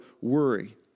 worry